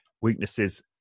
weaknesses